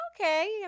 okay